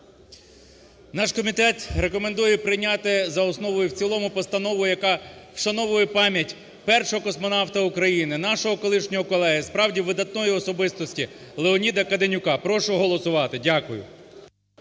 Наш комітет рекомендує прийняти за основу і в цілому постанову, яка вшановує пам'ять Першого космонавта України, нашого колишнього колеги, справді видатної особистості Леоніда Каденюка. Прошу голосувати. Дякую.